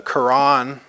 Quran